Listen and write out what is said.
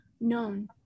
known